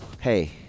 Hey